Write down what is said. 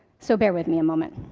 so, bear with me a moment.